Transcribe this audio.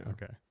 Okay